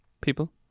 people